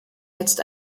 jetzt